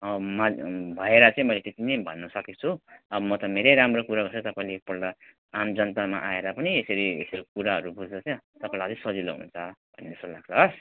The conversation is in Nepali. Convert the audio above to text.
भाइलाई चाहिँ म यति भन्नु सक्छु अब म त मेरै राम्रो कुरा गर्छु तपाईँले एक पल्ट आम जनतामा आएर पनि यसरी यसरी कुराहरू बुझ्दा क्या तपाईँलाई अलिक सजिलो हुन्छ हवस्